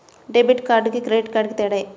Debit కార్డుకి credit కార్డుకి తేడా?